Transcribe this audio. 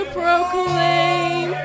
proclaim